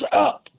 up